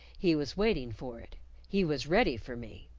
he was waiting for it he was ready for me.